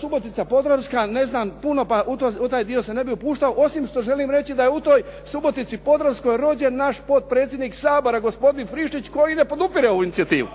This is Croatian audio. Subotica Podravska ne znam puno, pa u taj dio se ne bi upuštao osim što želi reći da je u toj Subotici Podravskoj rođen naš potpredsjednik Sabora gospodin Friščić koji ne podupire ovu inicijativu.